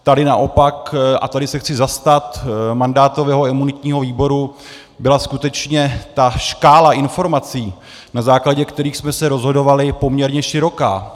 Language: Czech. Tady naopak a tady se chci zastat mandátového a imunitního výboru byla skutečně škála informací, na základě kterých jsme se rozhodovali, poměrně široká.